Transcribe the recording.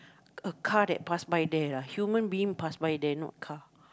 a car that pass by there lah human being pass by there not car